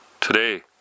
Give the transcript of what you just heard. today